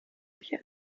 bier